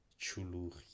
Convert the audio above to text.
Chuluri